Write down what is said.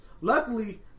Luckily